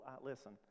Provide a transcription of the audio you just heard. listen